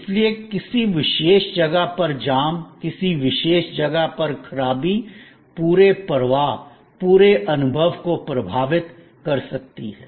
इसलिए किसी विशेष जगह पर जाम किसी विशेष जगह पर खराबी पूरे प्रवाह पूरे अनुभव को प्रभावित कर सकती है